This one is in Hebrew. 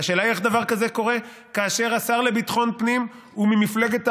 והשאלה היא איך דבר כזה קורה כשהשר לביטחון פנים הוא ממפלגת העבודה,